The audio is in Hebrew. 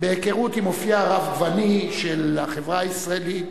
בהיכרות עם אופיה הרבגוני של החברה הישראלית